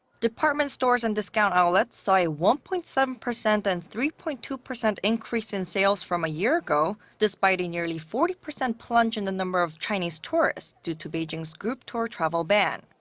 department stores and discount outlets saw a one-point-seven percent and three-point-two percent increase in sales from a year ago, despite a nearly forty percent plunge in the number of chinese tourists due to beijing's group tour travel ban.